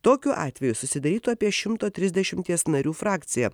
tokiu atveju susidarytų apie šimto trisdešimties narių frakcija